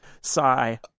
sigh